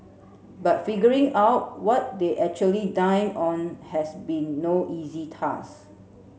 but figuring out what they actually dined on has been no easy task